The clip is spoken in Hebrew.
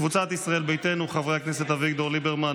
קבוצת סיעת ישראל ביתנו: חברי הכנסת אביגדור ליברמן,